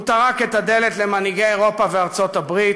הוא טרק את הדלת למנהיגי אירופה וארצות-הברית,